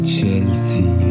Chelsea